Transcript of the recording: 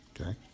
okay